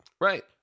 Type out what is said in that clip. Right